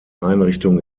einrichtung